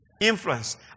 influence